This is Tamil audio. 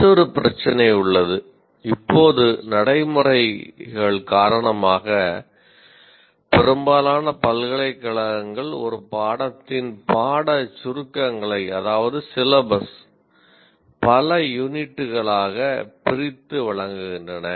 மற்றொரு பிரச்சினை உள்ளது இப்போது நடைமுறைகள் காரணமாக பெரும்பாலான பல்கலைக்கழகங்கள் ஒரு பாடத்தின் பாட சுருக்கங்களை பல யூனிட்களாக பிரித்து வழங்குகின்றன